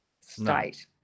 state